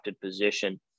position